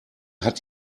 hat